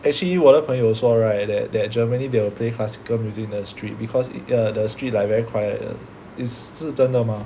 actually 我的朋友说 right that that Germany they will play classical music in the street because err the street like very quiet is 是真的吗